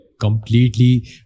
completely